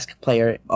player